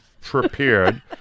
prepared